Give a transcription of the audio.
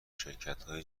شرکتهای